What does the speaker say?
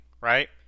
right